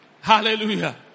Hallelujah